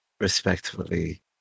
respectfully